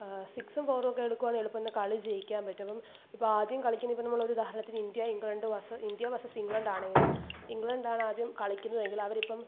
സിക്സും ഫോറും ഒക്കെ എടുക്കുവാണേൽ എളുപ്പന്ന് കളി ജയിക്കാൻ പറ്റും അപ്പോള് ഇപ്പോള് ആദ്യം കളിക്കുന്നത് ഇപ്പോള് നമ്മൾ ഒരു ഉദാഹരണത്തിന് India England versus India versus England ആണെങ്കില് ഇംഗ്ലണ്ടാണ് ആദ്യം കളിക്കുന്നുവെങ്കിൽ അവരിപ്പോള്